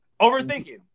overthinking